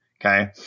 Okay